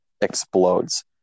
explodes